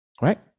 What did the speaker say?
right